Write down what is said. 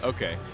Okay